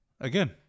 again